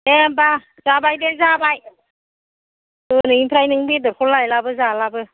दे होनबा जाबाय दे जाबाय दिनैनिफ्राय नोंनि बेदरखौ लायलाबो जालाबो